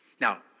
Now